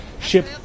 ship